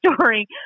story